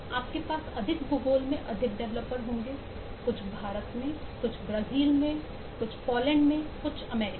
आपके पास अधिक भूगोल में अधिक डेवलपर्स होंगे कुछ भारत में कुछ ब्राजील में कुछ पोलैंड में कुछ अमेरिका में